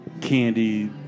candy